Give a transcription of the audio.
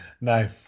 No